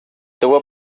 tuvo